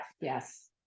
Yes